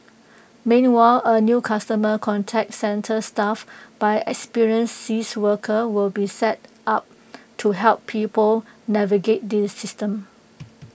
meanwhile A new customer contact centre staffed by experienced caseworkers will be set up to help people navigate the system